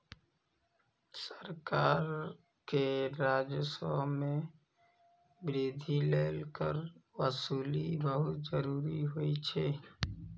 सरकार के राजस्व मे वृद्धि लेल कर वसूली बहुत जरूरी होइ छै